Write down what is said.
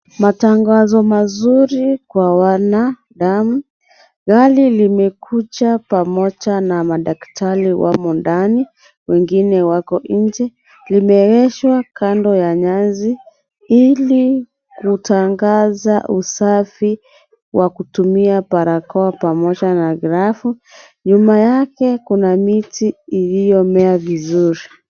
Matangazo mazuri kwa wanadamu. Gari limekuja pamoja na madaktari wamo ndani na wengine wako njee, limeegeshwa kando ya nyasi ili kutangaza usafi wa kutumia barakoa pamoja na glavu. Nyuma yake kuna miti imemea vizuri.